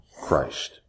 Christ